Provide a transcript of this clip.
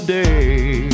day